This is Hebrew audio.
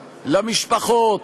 למשפחות,